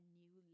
new